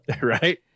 right